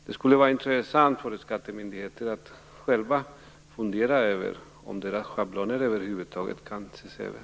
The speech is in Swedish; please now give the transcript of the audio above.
Det skulle vara intressant om skattemyndigheterna själva kunde fundera över om deras schabloner kan ses över.